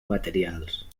materials